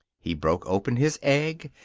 he broke open his egg.